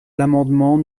l’amendement